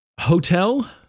Hotel